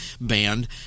band